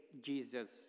Jesus